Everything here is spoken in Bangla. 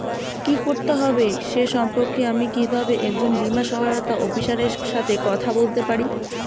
কী করতে হবে সে সম্পর্কে আমি কীভাবে একজন বীমা সহায়তা অফিসারের সাথে কথা বলতে পারি?